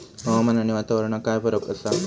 हवामान आणि वातावरणात काय फरक असा?